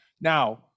Now